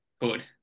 good